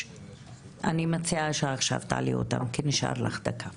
אני מציעה שעכשיו תעלי אותן כי נשאר לך דקה.